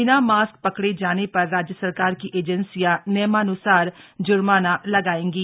बिना मास्क पकड़े जाने पर राज्य सरकार की एजेंसियां नियमान्सार जुर्माना लगाएंगी